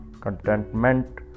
contentment